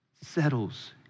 settles